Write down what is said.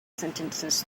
sentences